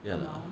ya lah